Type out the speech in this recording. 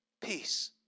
peace